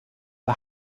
der